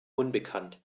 unbekannt